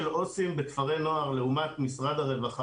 עובדים סוציאליים בכפרי נוער לעומת משרד הרווחה.